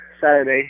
Saturday